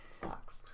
sucks